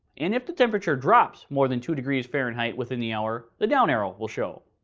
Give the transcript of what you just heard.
and if the temperature drops more than two degrees fahrenheit within the hour, the down arrow will show.